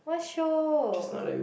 what show